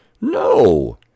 No